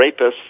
rapists